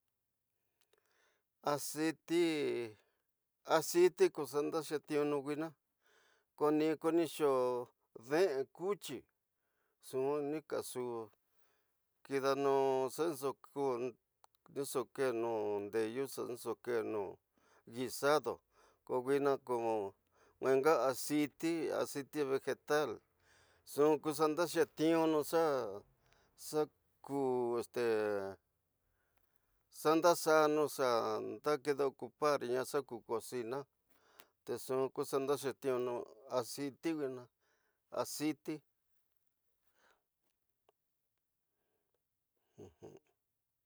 Asiti, asiti ko ndaxetiunu nuine, ko ñi xoo ndeé kuti, nxu nika nxu kidanu, ñi xo kenu ndeyu, xa nxu kenu gusada ko nuina ku nwenga asiti, asiti ñujetanu, nxu ku xa nda- xetisonu xa xaku este xa ndaxanu xa nda kida cayama xa ku kosina tenxu ku xa nda xetisonu aciti nwina aciti.